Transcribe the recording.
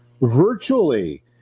virtually